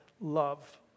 love